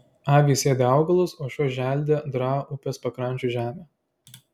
avys ėdė augalus o šiuos želdė draa upės pakrančių žemė